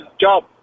job